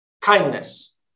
kindness